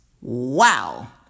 Wow